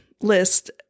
list